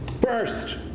First